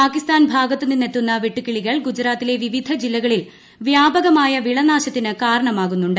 പാകിസ്ഥാൻ ഭാഗത്ത് നിന്നെത്തുന്ന വെട്ടുകിളികൾ ഗുജറാത്തിലെ വിവിധ ജില്ലകളിൽ വ്യാപകമായ വിളനാശത്തിന് കാരണമാകുന്നുണ്ട്